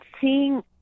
seeing